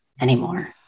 anymore